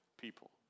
people